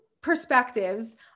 perspectives